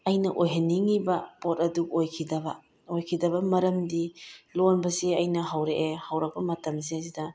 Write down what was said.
ꯑꯩꯅ ꯑꯣꯏꯍꯟꯅꯤꯡꯉꯤꯕ ꯄꯣꯠ ꯑꯗꯨ ꯑꯣꯏꯈꯤꯗꯕ ꯑꯣꯏꯈꯤꯗꯕ ꯃꯔꯝꯗꯤ ꯂꯣꯟꯕꯁꯤ ꯑꯩꯅ ꯍꯧꯔꯛꯑꯦ ꯍꯧꯔꯛꯄ ꯃꯇꯝꯁꯤꯗꯩꯁꯤꯗ